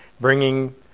bringing